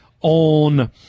on